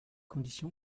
condition